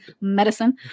medicine